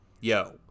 yo